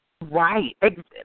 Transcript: Right